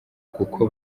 kuko